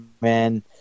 man